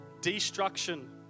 destruction